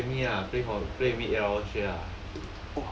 then you play me ah play for play with me eight hours straight ah